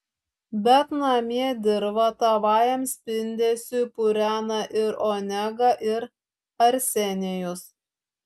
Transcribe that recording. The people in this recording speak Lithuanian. bet namie dirvą tavajam spindesiui purena ir onega ir arsenijus